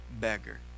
beggar